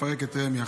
לפרק את רמ"י,